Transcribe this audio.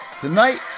Tonight